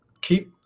keep